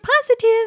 positive